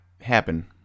happen